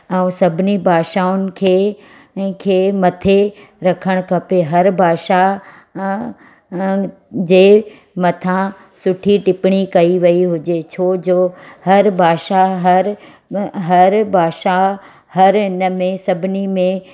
ऐं सभिनी भाषाउनि खे खे मथे रखणु खपे हर भाषा जे मथां सुठी टिप्प्णी कई वेई हुजे छो जो हर भाषा हर हर भाषा हर हिन मे सभिनी में